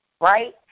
right